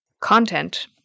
content